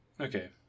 Okay